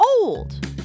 old